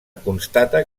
constata